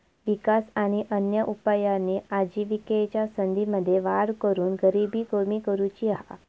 विकास आणि अन्य उपायांनी आजिविकेच्या संधींमध्ये वाढ करून गरिबी कमी करुची हा